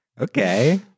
Okay